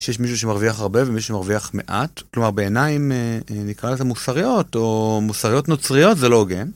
שיש מישהו שמרוויח הרבה ומישהו שמרוויח מעט. כלומר, בעיניים, נקרא לזה מוסריות, או מוסריות נוצריות, זה לא הוגן.